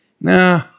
Nah